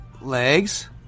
Legs